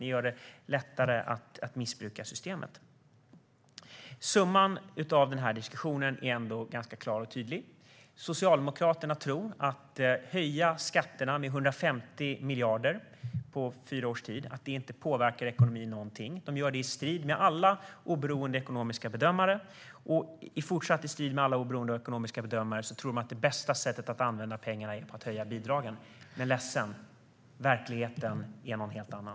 Ni gör det lättare att missbruka systemet. Summan av den här diskussionen är klar och tydlig. Socialdemokraterna tror, i strid med alla oberoende ekonomiska bedömare, att en höjning av skatterna med 150 miljarder på fyra års tid inte påverkar ekonomin alls. I strid med alla oberoende ekonomiska bedömare tror de också att det bästa sättet att använda pengarna är att höja bidragen. Jag är ledsen, men verkligheten är en helt annan.